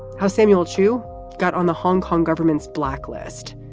how samuel chu got on the hong kong government's blacklist,